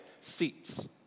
seats